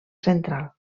central